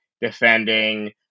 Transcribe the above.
defending